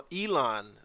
Elon